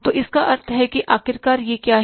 तो इसका अर्थ है कि आखिरकार यह क्या है